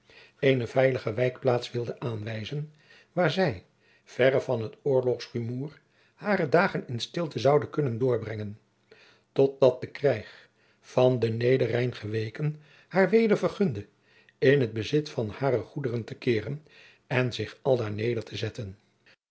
eene veilige wijkplaats wilde aanwijzen waar zij verre van het oorlogsrumoer hare dagen in stilte zoude kunnen doorbrengen tot dat de krijg van den neder rijn geweken haar weder vergunde in het bezit van hare goederen te keeren en zich aldaar neder te zetten